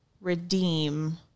redeem